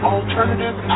Alternative